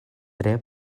tre